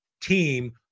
team